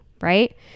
right